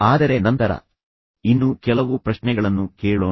ಆದರೆ ನಂತರ ಇನ್ನೂ ಕೆಲವು ಪ್ರಶ್ನೆಗಳನ್ನು ಕೇಳೋಣ